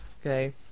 Okay